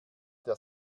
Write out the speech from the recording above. der